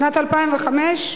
שנת 2005,